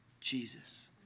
Jesus